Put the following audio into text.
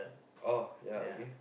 oh yeah okay